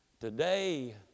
Today